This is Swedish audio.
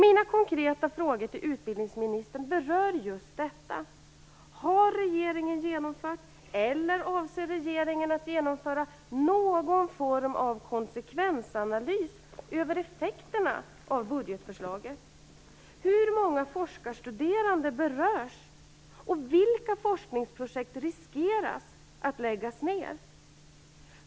Mina konkreta frågor till utbildningsministern rör just detta: Har regeringen genomfört eller avser regeringen att genomföra någon form av konsekvensanalys över effekterna av budgetförslaget? Hur många forskarstuderande berörs, och vilka forskningsprojekt riskerar att läggas ned?